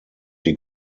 die